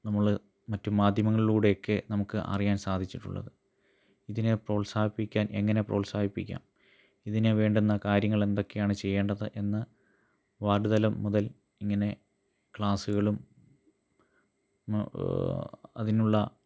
നമ്മൾ മറ്റ് മാധ്യമങ്ങളിലൂടെയൊക്കെ നമുക്ക് അറിയാൻ സാധിച്ചിട്ടുള്ളത് ഇതിനെ പ്രോത്സാഹിപ്പിക്കാൻ എങ്ങനെ പ്രോത്സാഹിപ്പിക്കാം ഇതിന് വേണ്ടുന്ന കാര്യങ്ങൾ എന്തൊക്കെയാണ് ചെയ്യേണ്ടത് എന്ന് വാർഡ് തലം മുതൽ ഇങ്ങനെ ക്ലാസ്സുകളും അതിനുള്ള